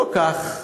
לא כך,